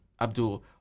Abdul